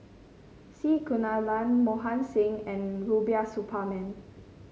C Kunalan Mohan Singh and Rubiah Suparman